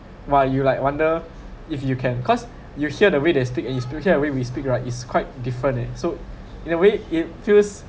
!wah! you like wonder if you can cause you hear the way they speak and you hear the way we speak right is quite different eh so in a way it feels